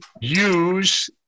use